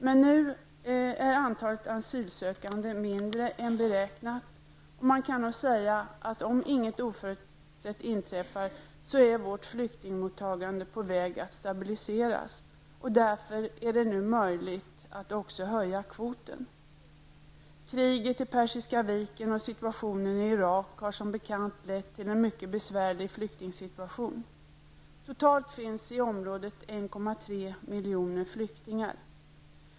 Men nu är antalet asylsökande mindre än beräknat, och man kan nog säga, att om inget oförutsett inträffar, är vårt flyktingmottagande på väg att stabiliseras. Därför är det nu möjligt att höja kvoten. Kriget i Persiska viken och situationen i Irak har som bekant lett till en mycket besvärlig flyktingsituation. Totalt finns i området 1,3 miljoner flyktingar.